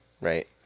Right